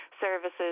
services